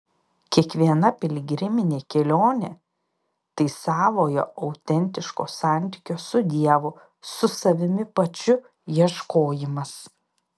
kiekviena piligriminė kelionė tai savojo autentiško santykio su dievu su savimi pačiu ieškojimas